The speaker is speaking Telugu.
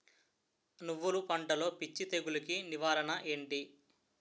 నువ్వులు పంటలో పిచ్చి తెగులకి నివారణ ఏంటి?